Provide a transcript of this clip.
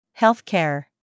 Healthcare